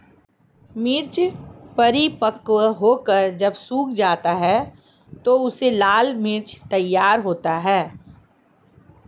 मिर्च परिपक्व होकर जब सूख जाता है तो उससे लाल मिर्च तैयार होता है